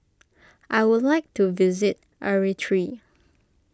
I would like to visit Eritrea